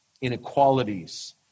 inequalities